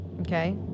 Okay